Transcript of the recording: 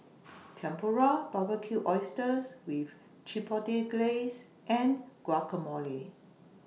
Tempura Barbecued Oysters with Chipotle Glaze and Guacamole